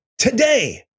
Today